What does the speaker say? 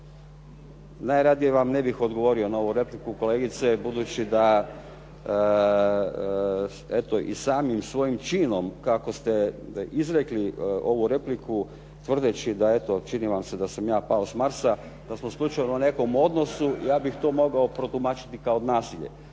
Najradije vam ne bih odgovorio na ovu repliku kolegice budući da eto i samim svojim činom kako ste izrekli ovu repliku tvrdeći da eto, čini vam se da sam ja pao s Marsa, da smo slučajno u nekom odnosu, ja bih to mogao protumačiti kao nasilje,